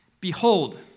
Behold